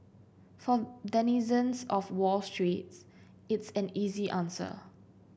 for denizens of Wall Street it's an easy answer